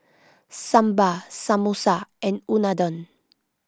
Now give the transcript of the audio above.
Sambar Samosa and Unadon